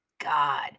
God